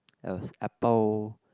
there was apple